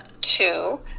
two